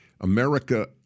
America